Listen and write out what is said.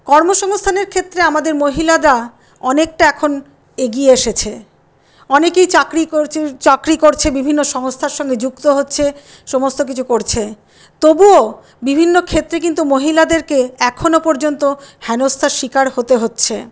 কর্মসংস্থানের ক্ষেত্রে আমাদের মহিলারা অনেকটা এখন এগিয়ে এসেছে অনেকেই চাকরি করছে চাকরি করছে বিভিন্ন সংস্থার সঙ্গে যুক্ত হচ্ছে সমস্ত কিছু করছে তবুও বিভিন্ন ক্ষেত্রে কিন্তু মহিলাদেরকে এখনও পর্যন্ত হেনস্তার শিকার হতে হচ্ছে